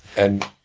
and,